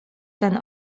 ten